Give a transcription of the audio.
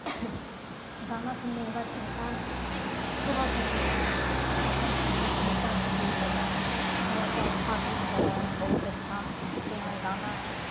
गाना सुनलेके बाद इन्सान थोड़ा सा एगदम अपना चिंता से दूर हो जा हइ थोड़ा सा अच्छा फील करऽ हइ बहुत अच्छा कि हँ गाना हइ